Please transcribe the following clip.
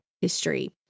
history